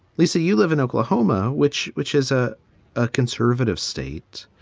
lisa, you live in oklahoma, which which is a ah conservative state.